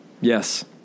Yes